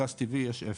גז טבעי יש אפס,